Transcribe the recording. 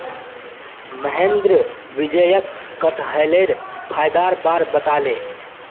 महेंद्र विजयक कठहलेर फायदार बार बताले